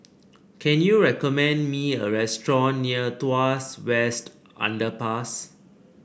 can you recommend me a restaurant near Tuas West Underpass